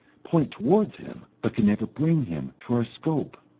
point towards him, but can never bring him to our scope.